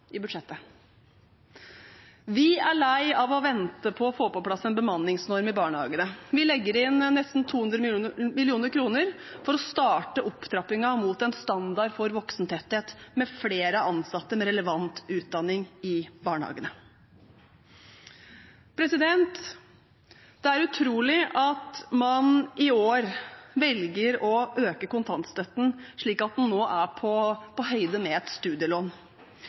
Vi er lei av å vente på å få på plass en bemanningsnorm i barnehagene. Vi legger inn nesten 200 mill. kr for å starte opptrappingen mot en standard for voksentetthet med flere ansatte med relevant utdanning i barnehagene. Det er utrolig at man i år velger å øke kontantstøtten slik at den nå er på høyde med et studielån.